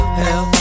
hell